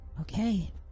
Okay